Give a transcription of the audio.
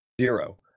Zero